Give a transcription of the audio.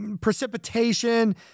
precipitation